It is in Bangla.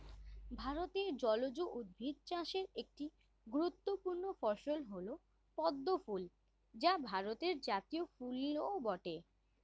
ভারতে জলজ উদ্ভিদ চাষের একটি গুরুত্বপূর্ণ ফসল হল পদ্ম ফুল যা ভারতের জাতীয় ফুলও বটে